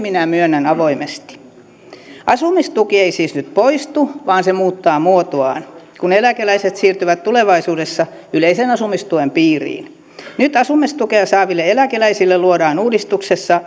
minä myönnän avoimesti asumistuki ei siis nyt poistu vaan se muuttaa muotoaan kun eläkeläiset siirtyvät tulevaisuudessa yleisen asumistuen piiriin nyt asumistukea saaville eläkeläisille luodaan uudistuksessa